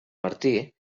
martí